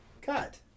Cut